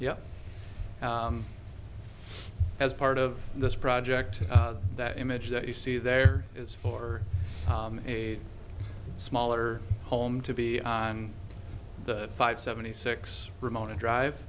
bean as part of this project that image that you see there is for a smaller home to be on the five seventy six ramona drive